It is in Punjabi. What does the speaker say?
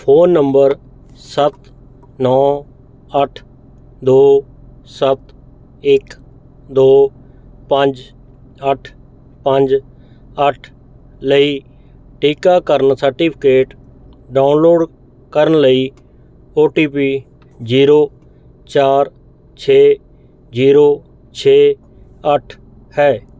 ਫੋਨ ਨੰਬਰ ਸੱਤ ਨੌ ਅੱਠ ਦੋ ਸੱਤ ਇੱਕ ਦੋ ਪੰਜ ਅੱਠ ਪੰਜ ਅੱਠ ਲਈ ਟੀਕਾਕਰਨ ਸਰਟੀਫਿਕੇਟ ਡਾਊਨਲੋਡ ਕਰਨ ਲਈ ਓ ਟੀ ਪੀ ਜੀਰੋ ਚਾਰ ਛੇ ਜੀਰੋ ਛੇ ਅੱਠ ਹੈ